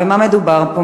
ומה מדובר פה?